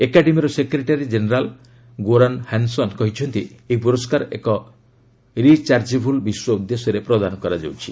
ଏକାଡେମୀର secretary general Goran Hansson କହିଛନ୍ତି ଏହି ପୁରସ୍କାର ଏକ ରିଚାଜେବୁଲ ବିଶ୍ୱ ଉଦ୍ଦେଶ୍ୟରେ ପ୍ରଦାନ କରାଯାଉଛି